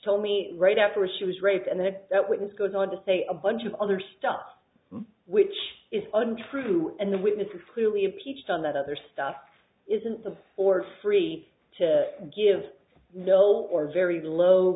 told me right after she was raped and then that witness goes on to say a bunch of other stuff which is untrue and the witness is clearly a ph d on that other stuff isn't of or free to give no or very low